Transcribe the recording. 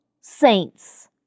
saints